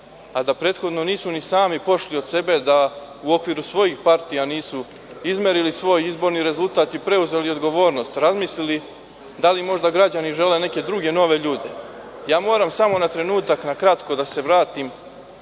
a da prethodno nisu sami pošli od sebe da u okviru svojih partija nisu izmerili svoj izborni rezultat i preuzeli odgovornost, razmislili da li možda građani žele neke druge nove ljude. Moram na kratko da se vratim